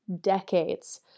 decades